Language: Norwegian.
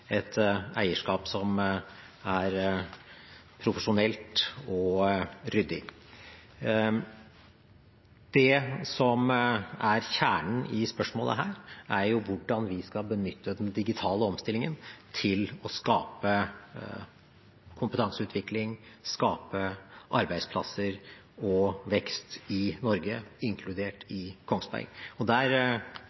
et eierskap som er profesjonelt og ryddig. Det som er kjernen i spørsmålet her, er hvordan vi skal benytte den digitale omstillingen til å skape kompetanseutvikling, arbeidsplasser og vekst i Norge, inkludert